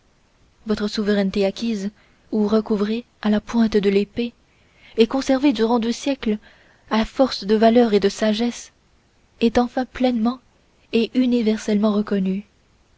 votre souveraineté acquise ou recouvrée à la pointe de l'épée et conservée durant deux siècles à force de valeur et de sagesse est enfin pleinement et universellement reconnue